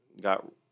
got